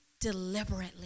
deliberately